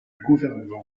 gouvernement